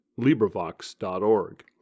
LibriVox.org